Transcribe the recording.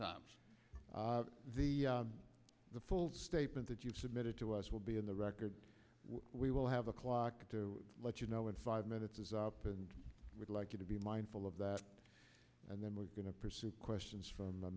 times the the full statement that you submitted to us will be on the record we will have a clock to let you know in five minutes is up and we'd like you to be mindful of that and then we're going to pursue questions from